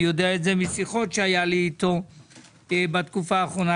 אני יודע את זה משיחות שהיו לי איתו בתקופה האחרונה,